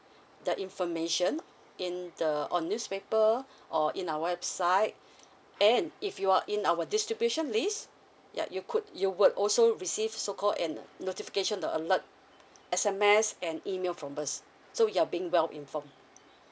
the information in the on newspaper or in our website and if you are in our distribution list yeah you could you would also receive so called an notification the alert SMS and email from us so you're being well informed